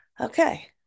Okay